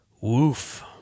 Woof